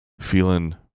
feeling